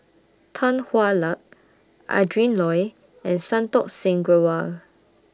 Tan Hwa Luck Adrin Loi and Santokh Singh Grewal